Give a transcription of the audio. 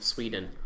Sweden